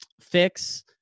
fix